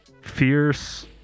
fierce